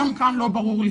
גם כאן לא ברור.